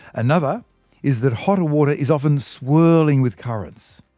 another is that hotter water is often swirling with currents.